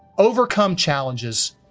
overcome challenges,